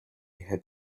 had